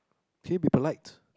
can you be polite